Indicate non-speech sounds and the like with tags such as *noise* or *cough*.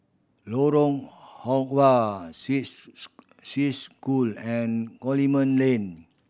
Lorong Halwa *unintelligible* Swiss School and Coleman Lane